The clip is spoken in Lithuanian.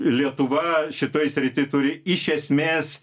lietuva šitoj srity turi iš esmės